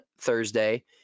Thursday